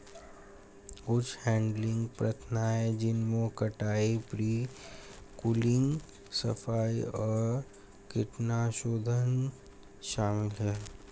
कुछ हैडलिंग प्रथाएं जिनमें कटाई, प्री कूलिंग, सफाई और कीटाणुशोधन शामिल है